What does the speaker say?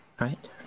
right